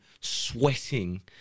sweating